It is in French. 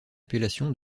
appellation